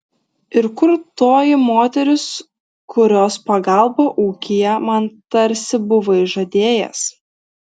ir kur toji moteris kurios pagalbą ūkyje man tarsi buvai žadėjęs